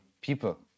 people